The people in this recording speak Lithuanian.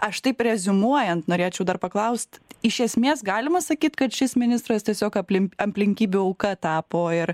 aš taip reziumuojant norėčiau dar paklaust iš esmės galima sakyt kad šis ministras tiesiog aplim aplinkybių auka tapo ir